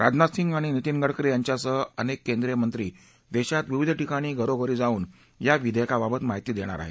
राजनाथ सिंग आणि नितीन गडकरी यांच्यासह अनेक केंद्रीयमंत्री देशात विविध ठिकाणी घरोघरी जाऊन या विधेयकाबाबत माहिती देणार आहेत